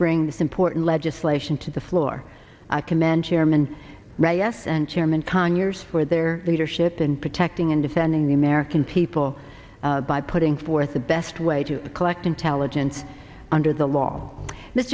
bring this important legislation to the floor i commend chairman ryan yes and chairman conyers for their leadership in protecting and defending the american people by putting forth the best way to collect intelligence under the law